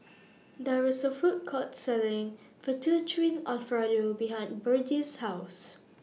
There IS A Food Court Selling Fettuccine Alfredo behind Berdie's House